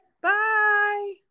Bye